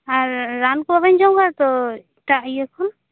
ᱟᱨ ᱨᱟᱱ ᱠᱚᱵᱮᱱ ᱡᱚᱢᱠᱟᱜᱼᱟ ᱛᱚ ᱮᱴᱟᱜ ᱤᱭᱟᱹ ᱠᱷᱚᱱ